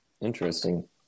Interesting